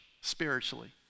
spiritually